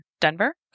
Denver